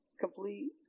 complete